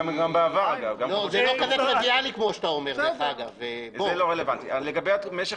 --- כמו שאתה אומר --- לגבי משך